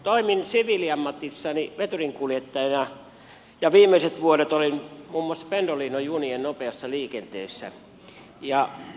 toimin siviiliammatissani veturinkuljettajana ja viimeiset vuodet olin muun muassa pendolino junien nopeassa liikenteessä